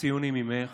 ציוני ממך,